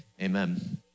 Amen